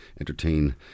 entertain